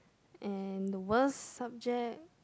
and the worst subject